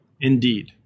Indeed